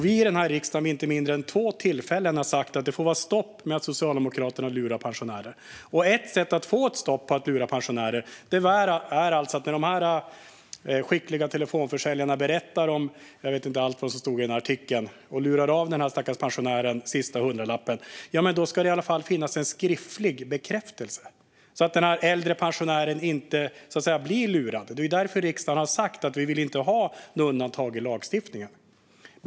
Vi i riksdagen har vid inte mindre än två tillfällen sagt att det får vara stopp med att Socialdemokraterna lurar pensionärer. Ett sätt att få ett stopp för detta är att se till att det åtminstone ska finnas en skriftlig bekräftelse när de skickliga telefonförsäljarna gör allt det som beskrivs i artikeln och lurar av den stackars pensionären den sista hundralappen. Med en skriftlig bekräftelse blir ju pensionären inte lurad. Därför har riksdagen sagt att vi inte vill ha några undantag i lagstiftningen.